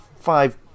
five